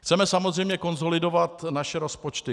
Chceme samozřejmě konsolidovat naše rozpočty.